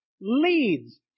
leads